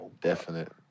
definite